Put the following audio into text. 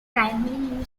primary